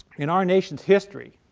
in our nation's history